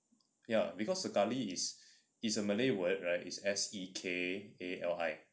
ya because sekali is a malay word right is S E K A L I